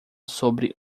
sobre